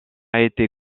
été